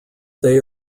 they